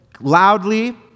loudly